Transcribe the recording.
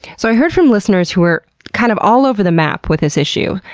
so, i heard from listeners who were kind of all over the map with this issue.